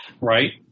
Right